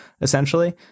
essentially